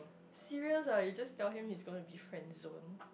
serious ah you just tell him he's gonna be friend-zoned